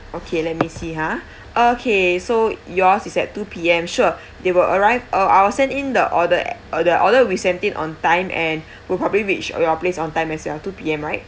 okay let me see ha okay so yours is at two P_M sure they will arrive uh I will send in the order oh the order we send in on time and we probably reach your place on time as well two P_M right